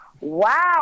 Wow